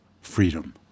Freedom